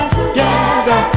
together